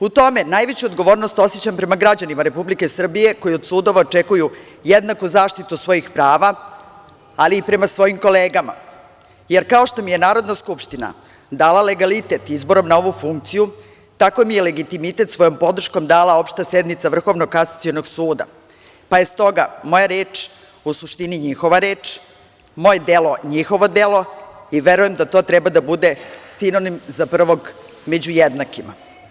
U tome najveću odgovornost osećam prema građanima Republike Srbije koji od sudova očekuju jednaku zaštitu svojih prava, ali i prema svojim kolegama, jer kao što mi je Narodna skupština dala legalitet izborom na ovu funkciju, tako mi je legitimitet svojom podrškom dala Opšta sednica Vrhovnog kasacionog suda, pa je stoga moja reč u suštini njihova reč, moje delo njihovo delo i verujem da to treba da bude sinonim za prvog među jednakima.